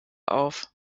auf